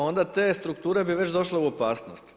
Onda te strukture bi već došle u opasnost.